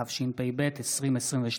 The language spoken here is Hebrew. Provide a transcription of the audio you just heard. התשפ"ב 2022,